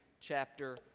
chapter